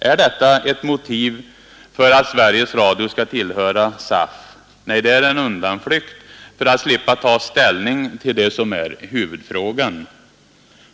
Är detta ett motiv för att Sveriges Radio skall tillhöra SAF? Nej, det är en undanflykt för att slippa ta ställning till det som är huvudfrågan.